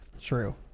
True